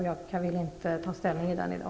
Jag vill alltså inte ta ställning till den i dag.